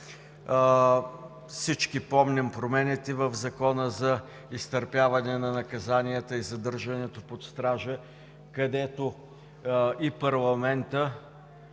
Всички помним промените в Закона за изтърпяване на наказанията и задържането под стража, където и парламентът